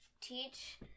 teach